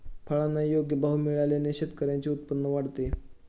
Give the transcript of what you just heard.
फळांना योग्य भाव मिळाल्याने शेतकऱ्यांचे उत्पन्न वाढते